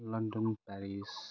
London Paris